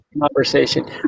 conversation